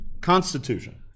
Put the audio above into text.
Constitution